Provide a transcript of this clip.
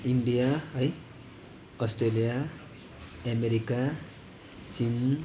India है Australia America चिन